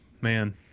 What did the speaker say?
man